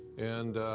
and,